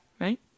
right